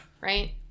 right